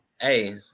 Hey